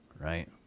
right